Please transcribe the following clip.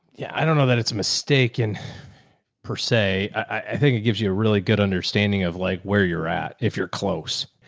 yeah. i don't know that it's a mistake in per se. i think it gives you a really good understanding of like where you're at. if you're close,